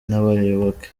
n’abayoboke